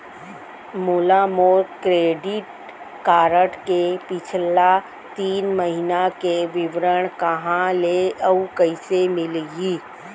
मोला मोर credit card के पिछला तीन महीना के विवरण कहाँ ले अऊ कइसे मिलही?